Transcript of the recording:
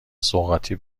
سوغاتی